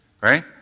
right